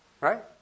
right